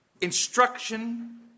instruction